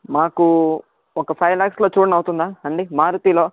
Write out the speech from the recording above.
మాకు ఒక ఫైవ్ లాక్సులో చూడండి అవుతుందా అండి మారుతీలో